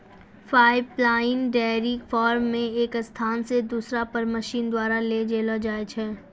pipeline dairy farm मे एक स्थान से दुसरा पर मशीन द्वारा ले जैलो जाय छै